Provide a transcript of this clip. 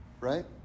right